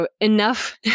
enough